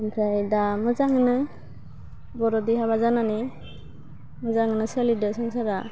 आमफ्राय दा मोजां मोनो बर'दि हाबा जानानै मोजांनो सोलिदो संसारा